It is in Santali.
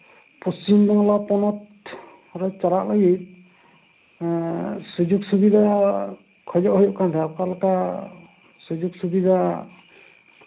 ᱯᱚᱥᱪᱤᱢ ᱵᱟᱝᱞᱟ ᱯᱚᱱᱚᱛ ᱪᱟᱞᱟᱜ ᱞᱟᱹᱜᱤᱫ ᱥᱩᱡᱳᱜᱽ ᱥᱩᱵᱤᱫᱷᱟ ᱠᱷᱚᱡᱚᱜ ᱦᱩᱭᱩᱜ ᱠᱟᱱ ᱛᱟᱦᱮᱸᱫ ᱚᱠᱟ ᱞᱮᱠᱟ ᱥᱩᱡᱳᱜᱽ ᱥᱩᱵᱤᱫᱷᱟ